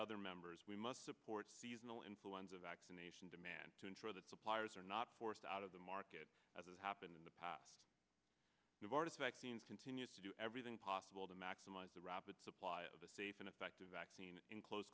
other members we must support seasonal influenza vaccination demand to ensure that suppliers are not forced out of the market as it happened in the past novartis vaccines continue to do everything possible to maximize the rapid supply of a safe and effective vaccine in close